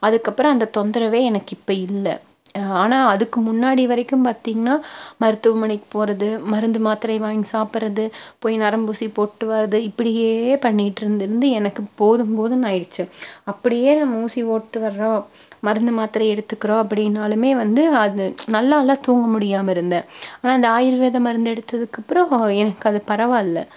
அதுக்கப்பறம் அந்த தொந்தரவே எனக்கு இப்போ இல்லை ஆனால் அதுக்கு முன்னாடி வரைக்கும் பார்த்திங்னா மருத்துவமனைக்கு போகிறது மருந்து மாத்திரை வாங்கி சாப்பிட்றது போய் நரம்பு ஊசி போட்டு வர்றது இப்படியே பண்ணிக்கிட்டிருந்து இருந்து எனக்கு போதும் போதும்னு ஆயிடுச்சு அப்படியே நம்ம ஊசி போட்டு வர்றோம் மருந்து மாத்திரை எடுத்துக்கிறோம் அப்படின்னாலுமே வந்து அது நல்லாலாம் தூங்க முடியாமல் இருந்தேன் ஆனால் இந்த ஆயுர்வேத மருந்து எடுத்ததுக்கப்பறம் எனக்கு அது பரவாயில்ல